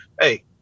hey